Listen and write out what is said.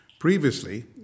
Previously